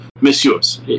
messieurs